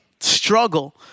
struggle